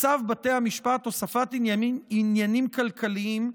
צו בתי המשפט (הוספת עניינים כלכליים),